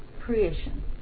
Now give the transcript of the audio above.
creation